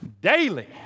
daily